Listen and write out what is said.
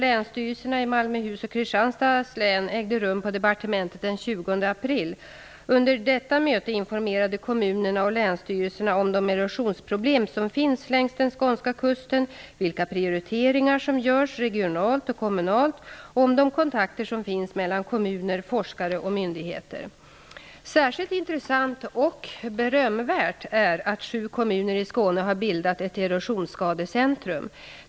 Länsstyrelserna i Malmöhus och Kristianstads län ägde rum på departementet den 20 april. Under detta möte informerade kommunerna och länsstyrelserna om de erosionsproblem som finns längs den skånska kusten, vilka prioriteringar som görs regionalt och kommunalt och om de kontakter som finns mellan kommuner, forskare och myndigheter. Särskilt intressant och berömvärt är att sju kommuner i Skåne har bildat ett Erosionsskadecentrum.